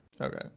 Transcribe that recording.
Okay